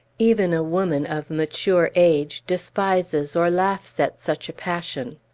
even a woman, of mature age, despises or laughs at such a passion.